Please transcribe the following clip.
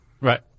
Right